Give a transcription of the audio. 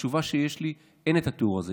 מהתשובה שיש לי, אין את התיאור הזה.